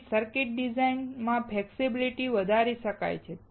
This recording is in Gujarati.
તેથી સર્કિટ ડિઝાઇન માં ફ્લેક્સિબિલિટી વધારી શકાય છે